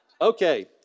Okay